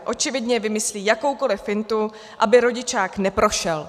Očividně vymyslí jakoukoli fintu, aby rodičák neprošel.